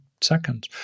seconds